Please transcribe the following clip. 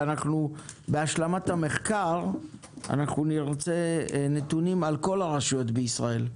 בהשלמת המחקר אנחנו נרצה נתונים על כל הרשויות בישראל.